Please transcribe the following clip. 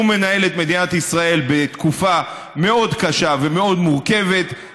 הוא מנהל את מדינת ישראל בתקופה מאוד קשה ומאוד מורכבת,